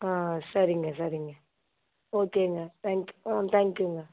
ஆ சரிங்க சரிங்க ஓகேங்க தேங்க் யூ ஆ தேங்க் யூங்க